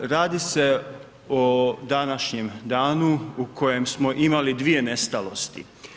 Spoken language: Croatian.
Radi se o današnjem danu u kojem smo imali dvije nestalosti.